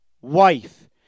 wife